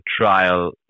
trial